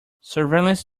surveillance